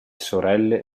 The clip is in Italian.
sorelle